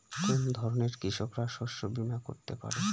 কোন ধরনের কৃষকরা শস্য বীমা করতে পারে?